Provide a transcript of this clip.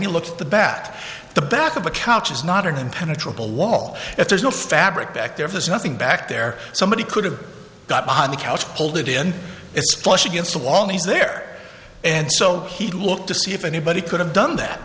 you look at the bat the back of a couch is not an impenetrable wall if there's no fabric back there there's nothing back there somebody could have got behind the couch pulled it in it's plush against the wall he's there and so he looked to see if anybody could have done that